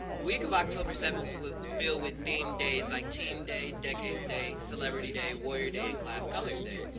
the week of october seventh was filled with theme days like team day, decades day, celebrity day, warrior day, and class colors day.